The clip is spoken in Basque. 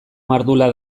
mardula